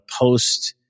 post